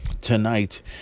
tonight